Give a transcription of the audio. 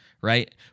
Right